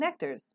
Connectors